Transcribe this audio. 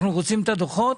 אנחנו רוצים את הדוחות.